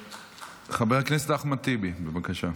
חבר הכנסת אחמד טיבי, בבקשה.